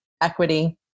equity